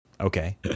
Okay